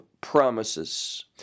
promises